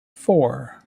four